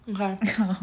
Okay